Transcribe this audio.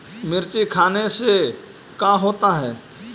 मिर्ची खाने से का होता है?